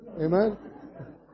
Amen